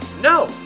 No